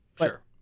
Sure